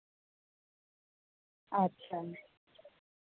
ᱟᱪᱪᱷᱟ